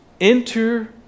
enter